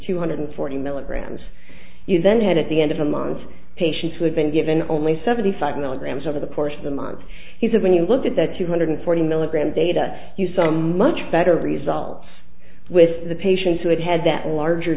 two hundred forty milligrams then had at the end of a mind patients who had been given only seventy five milligrams over the course of a month he said when you looked at that two hundred forty milligram data you so much better results with the patients who had had that larger